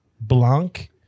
Blanc